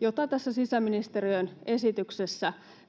jota tässä sisäministeriön esityksessä